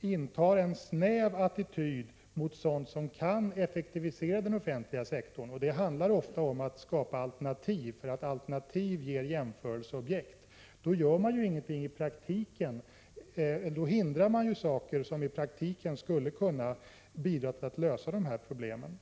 intar en snäv attityd mot sådant som kan effektivisera den offentliga sektorn — och det handlar ofta om att skapa alternativ, därför att alternativ ger jämförelsematerial — då hindrar man sådant som i praktiken skulle kunna bidra till att lösa problemen.